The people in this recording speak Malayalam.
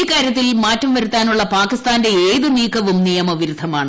ഇക്കാര്യത്തിൽ മാറ്റം വരുത്താനുള്ള പാകിസ്ഥാന്റെ ഏത് നീക്കവും നിയമവിരുദ്ധമാണ്